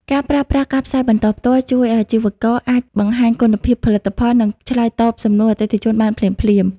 ការប្រើប្រាស់ ការផ្សាយបន្តផ្ទាល់ ជួយឱ្យអាជីវករអាចបង្ហាញគុណភាពផលិតផល និងឆ្លើយតបសំណួរអតិថិជនបានភ្លាមៗ។